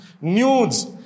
nudes